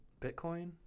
Bitcoin